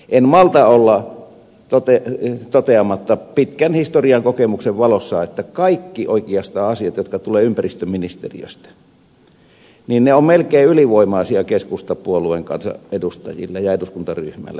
en malta olla toteamatta pitkän historiankokemuksen valossa että oikeastaan kaikki asiat jotka tulevat ympäristöministeriöstä ovat melkein ylivoimaisia keskustapuolueen kansanedustajille ja eduskuntaryhmälle